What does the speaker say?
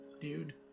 dude